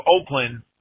Oakland